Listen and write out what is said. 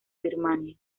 birmania